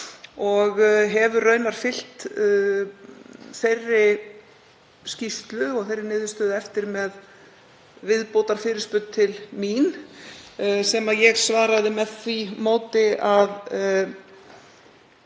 hefur raunar fylgt þeirri skýrslu og þeirri niðurstöðu eftir með viðbótarfyrirspurn til mín sem ég svaraði með því móti að